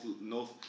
north